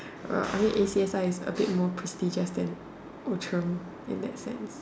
well I mean A_C_S_I is a bit more prestige than Outram in that sense